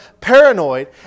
paranoid